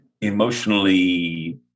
emotionally